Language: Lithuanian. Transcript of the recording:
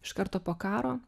iš karto po karo